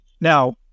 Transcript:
Now